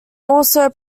also